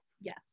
Yes